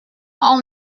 all